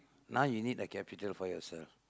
now you need a capital for yourself